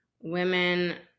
women